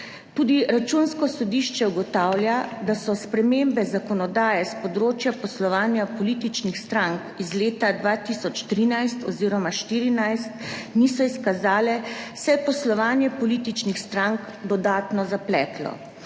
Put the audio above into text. Tudi Računsko sodišče ugotavlja, da so spremembe zakonodaje s področja poslovanja političnih strank iz leta 2013 oziroma 2014 niso izkazale, se je poslovanje političnih strank dodatno zapletlo.